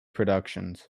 productions